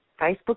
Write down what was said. Facebook